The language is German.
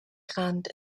grant